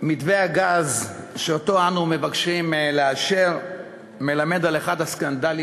מתווה הגז שאנו מבקשים לאשר מלמד על אחד הסקנדלים